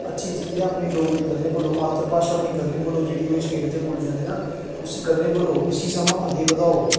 अच्छी चीज ऐ अपनी डोगरी कदें निं भुल्लो मात्तरी भाशा अपनी कदें निं भुल्लो जेह्ड़ी तुस स्टेट च बोली जंदे ना उसी कदें निं भुल्लो उसी सग्गुआं अग्गें बधाओ